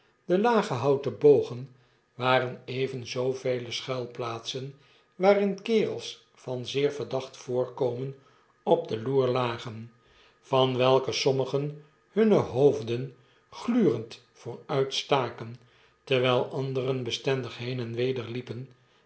de lage houten bogen waren even zoovele schuilplaatsen waarin kerels van zeer verdacht voorkomen op de loer lagen van welke sommigen hunne hoofden glurend vooruitstaken terwyl anderen bestendig heen en weder liepen